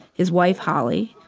his wife holly.